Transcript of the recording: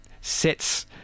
sets